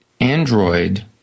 Android